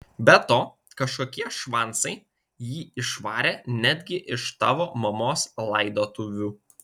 be to kažkokie švancai jį išvarė netgi iš tavo mamos laidotuvių